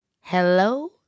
hello